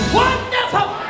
wonderful